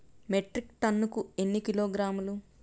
Metric టన్నుకు ఎన్ని కిలోగ్రాములు?